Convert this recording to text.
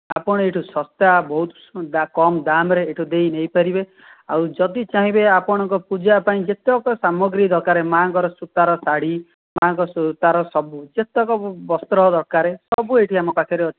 ଆପଣ ଏଠୁ ଶସ୍ତା ବହୁତ କମ୍ ଦାମ୍ରେ ଏଠୁ ଦେଇ ନେଇପାରିବେ ଆଉ ଯଦି ଚାହିଁବେ ଆପଣଙ୍କ ପୂଜା ପାଇଁ ଯେତେକ ସାମଗ୍ରୀ ଦରକାର ମା'ଙ୍କର ସୂତାର ଶାଢୀ ମା'ଙ୍କର ସୂତାର ସବୁ ଯେତେକ ବସ୍ତ୍ର ଦରକାର ସବୁ ଏଠି ଆମ ପାଖରେ ଅଛି